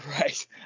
right